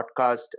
podcast